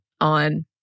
on